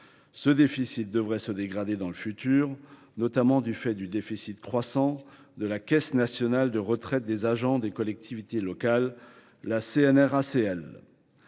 Ce déficit devrait se dégrader à l’avenir, notamment en raison du déficit croissant de la Caisse nationale de retraites des agents des collectivités locales (CNRACL).